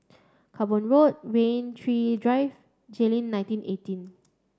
Cranborne Road Rain Tree Drive Jayleen nineteen eighteen